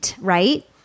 right